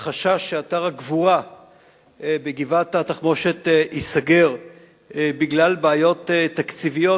עלה החשש שאתר הגבורה בגבעת-התחמושת ייסגר בגלל בעיות תקציביות,